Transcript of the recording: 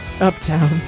Uptown